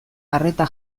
arreta